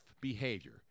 behavior